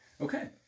Okay